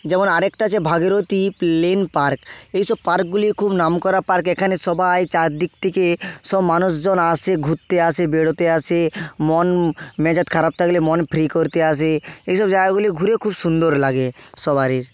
যেমন আর একটা আছে ভাগীরথী প্লেন পার্ক এইসব পার্কগুলি খুব নাম করা পার্ক এখানে সবাই চারদিক থেকে সব মানুষজন আসে ঘুরতে আসে বেরোতে আসে মন মেজাজ খারাপ থাকলে মন ফ্রি করতে আসে এইসব জায়গাগুলি ঘুরে খুব সুন্দর লাগে সবারির